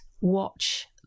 watch